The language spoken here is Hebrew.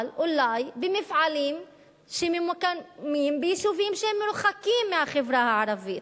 אבל אולי במפעלים שממוקמים ביישובים שהם מרוחקים מהחברה הערבית,